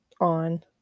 on